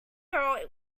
your